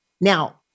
Now